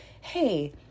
Hey